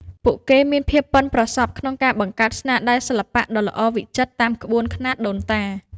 ពួកគេមានភាពប៉ិនប្រសប់ក្នុងការបង្កើតស្នាដៃសិល្បៈដ៏ល្អវិចិត្រតាមក្បួនខ្នាតដូនតា។